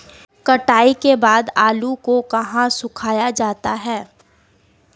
कटाई के बाद आलू को कहाँ सुखाया जाता है?